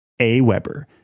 Aweber